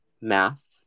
math